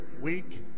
week